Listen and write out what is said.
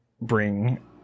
bring